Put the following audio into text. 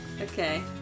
Okay